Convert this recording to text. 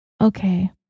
Okay